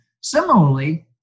similarly